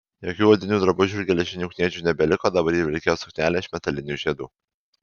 jokių odinių drabužių ir geležinių kniedžių nebeliko dabar ji vilkėjo suknelę iš metalinių žiedų